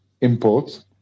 imports